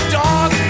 dog